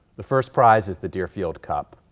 the first prize is the deerfield cup,